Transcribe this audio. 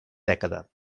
dècada